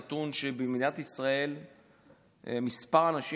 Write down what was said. הנתון הוא שבמדינת ישראל מספר האנשים